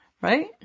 Right